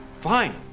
fine